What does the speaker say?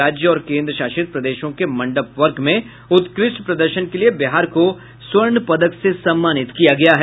राज्य और केन्द्रशासित प्रदेशों के मंडप वर्ग में उत्कृष्ट प्रदर्शन के लिये बिहार को स्वर्ण पदक से सम्मानित किया गया है